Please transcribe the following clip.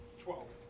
Twelve